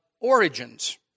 origins